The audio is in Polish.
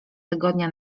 tygodnia